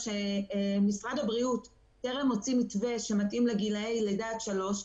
משרד הבריאות טרם הוציא מתווה שמתאים לגילאי לידה עד שלוש,